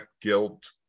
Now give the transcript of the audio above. guilt